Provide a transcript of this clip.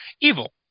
evil